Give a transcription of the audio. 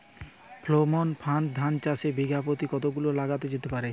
Pheromone ফাঁদ ধান চাষে বিঘা পতি কতগুলো লাগানো যেতে পারে?